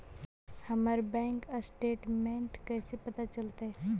हमर bank statement कैसे पता चलतै?